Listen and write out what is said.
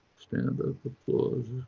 stand up applause,